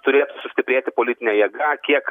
turėtų sustiprėti politinė jėga kiek